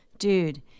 Dude